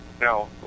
now